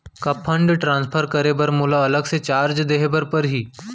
का fund transfer करे बर मोला अलग से चार्ज देहे बर परही?